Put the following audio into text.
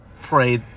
pray